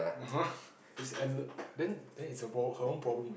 !huh! is endle~ then then is her pro~ her own problem already